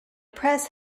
press